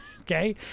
okay